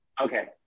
Okay